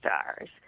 stars